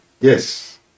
yes